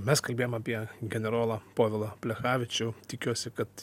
mes kalbėjom apie generolą povilą plechavičių tikiuosi kad